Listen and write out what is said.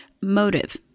motive